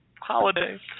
Holiday